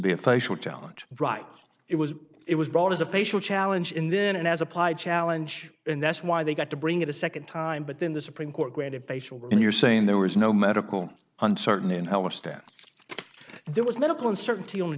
be a facial challenge right it was it was brought as a facial challenge in then as applied challenge and that's why they got to bring it a second time but then the supreme court granted facial and you're saying there was no medical uncertain in heller staff there was medical uncertainty on a